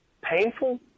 painful